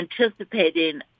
anticipating